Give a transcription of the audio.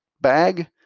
bag